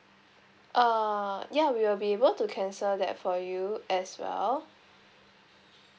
uh ya we will be able to cancel that for you as well